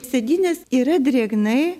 sėdynės yra drėgnai